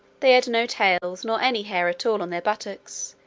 they had no tails, nor any hair at all on their buttocks,